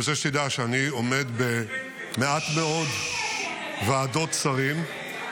אני רוצה שתדע שאני עומד במעט מאוד ועדות שרים,